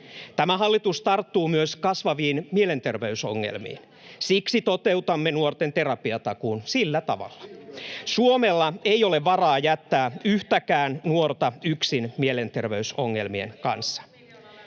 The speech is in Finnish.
Tämä hallitus tarttuu myös kasvaviin mielenterveysongelmiin. Siksi toteutamme nuorten terapiatakuun. [Välihuuto] — Sillä tavalla. — Suomella ei ole varaa jättää yhtäkään nuorta yksin mielenterveysongelmien kanssa.